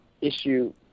issue